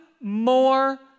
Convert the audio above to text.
more